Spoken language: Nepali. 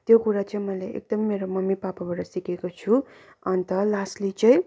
त्यो कुरो चाहिँ मैले एकदम मेरो मम्मी पापाबाट सिकेको छु अन्त लास्टली चाहिँ